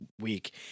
week